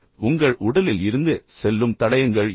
எனவே உங்கள் உடலில் இருந்து செல்லும் தடயங்கள் என்ன